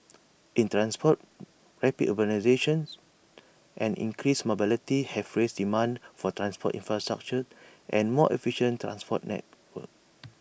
in transport rapid urbanisations and increased mobility have raised demand for transport infrastructure and more efficient transport networks